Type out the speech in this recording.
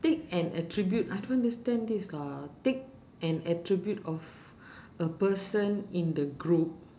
take an attribute I don't understand this lah take an attribute of a person in the group